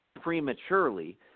prematurely